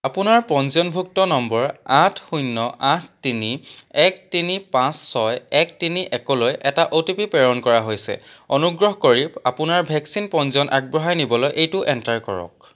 আপোনাৰ পঞ্জীয়নভুক্ত নম্বৰ আঠ শূন্য আঠ তিনি এক তিনি পাঁচ ছয় এক তিনি একলৈ এটা অ'টিপি প্ৰেৰণ কৰা হৈছে অনুগ্ৰহ কৰি আপোনাৰ ভেকচিন পঞ্জীয়ন আগবঢ়াই নিবলৈ এইটো এণ্টাৰ কৰক